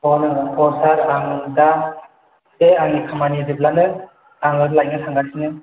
सार आं दा बे आंनि खामानि जोबब्लानो आङो लायनो थांगासिनो